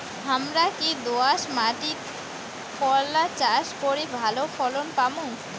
হামরা কি দোয়াস মাতিট করলা চাষ করি ভালো ফলন পামু?